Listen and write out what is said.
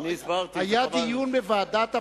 היה דיון בוועדת הפנים.